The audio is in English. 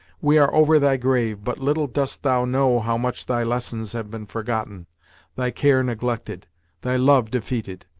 we are over thy grave, but little dost thou know how much thy lessons have been forgotten thy care neglected thy love defeated!